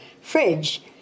fridge